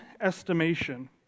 estimation